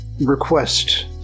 request